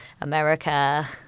America